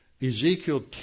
Ezekiel